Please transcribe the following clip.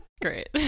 Great